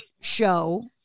show